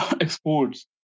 exports